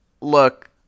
look